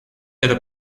это